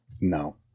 No